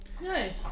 Nice